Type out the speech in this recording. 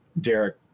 derek